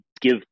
give